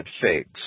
figs